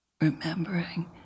remembering